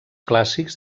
clàssics